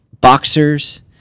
boxers